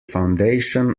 foundation